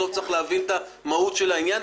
עמדנו בפני כניסת נגיף האבולה מאפריקה,